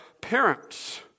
parents